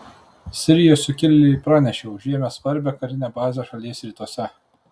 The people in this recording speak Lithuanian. sirijos sukilėliai pranešė užėmę svarbią karinę bazę šalies rytuose